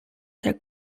their